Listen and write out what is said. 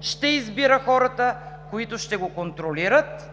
ще избира хората, които ще го контролират